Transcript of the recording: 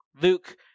Luke